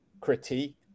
critique